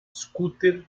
scooter